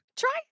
Try